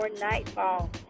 nightfall